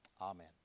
Amen